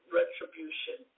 retribution